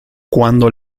cuando